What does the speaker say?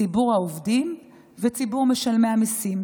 ציבור העובדים וציבור משלמי המיסים.